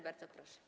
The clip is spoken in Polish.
Bardzo proszę.